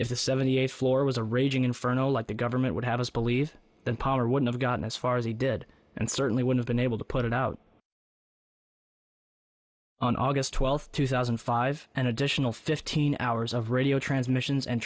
if the seventy eighth floor was a raging inferno like the government would have us believe that power wouldn't have gotten as far as he did and certainly would have been able to put it out on aug twelfth two thousand and five an additional fifteen hours of radio transmissions and